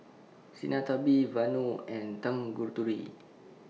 Sinnathamby Vanu and Tanguturi